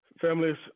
families